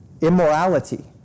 immorality